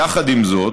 יחד עם זאת,